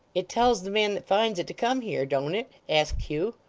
it tells the man that finds it, to come here, don't it asked hugh.